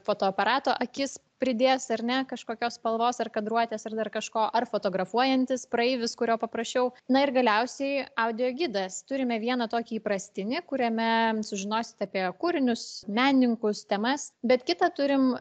fotoaparato akis pridės ar ne kažkokios spalvos ar kadruotės ar dar kažko ar fotografuojantis praeivis kurio paprašiau na ir galiausiai audio gidas turime vieną tokį įprastinį kuriame sužinosite apie kūrinius menininkus temas bet kitą turim